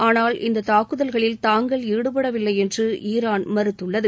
ஆனால் இந்த தாக்குதல்களில் தாங்கள் ஈடுபடவில்லை என்று ஈரான் மறுத்துள்ளது